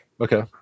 Okay